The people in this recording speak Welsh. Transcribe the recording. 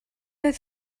oedd